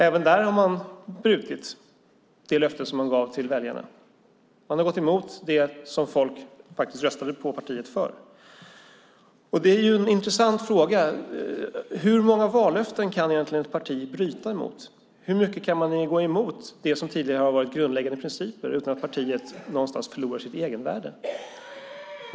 Även där har man brutit det löfte som man gav till väljarna. Man har gått emot det som folk faktiskt röstade på partiet för. Det är en intressant fråga: Hur många vallöften kan egentligen ett parti bryta? Hur mycket kan man gå emot det som tidigare har varit grundläggande principer utan att partiet förlorar sitt egenvärde?